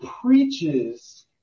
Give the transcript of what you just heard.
preaches